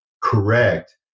correct